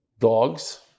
Dogs